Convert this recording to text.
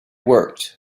worked